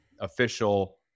official